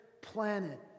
planet